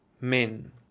Men